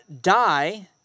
die